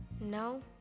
no